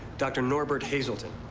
dr. norbert hazelton.